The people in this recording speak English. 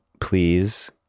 please